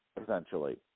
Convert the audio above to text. essentially